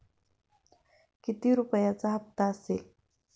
किती रुपयांचा हप्ता असेल?